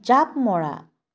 জাঁপ মৰা